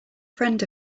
friend